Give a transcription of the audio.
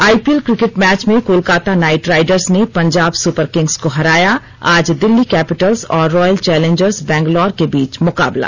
IPL cricket match में Kolkata Knight Riders ने Punjab Super Kings को हराया आज दिल्ली कैपिटल्स और रॉयल चैंलेंजर्स बैंगलोर के बीच मुकाबला